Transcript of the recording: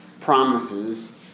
promises